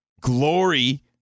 glory